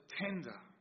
tender